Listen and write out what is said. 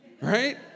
right